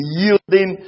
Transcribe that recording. yielding